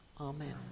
amen